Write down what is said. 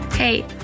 Hey